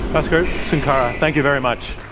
bhaskar sunkara. thank you very much.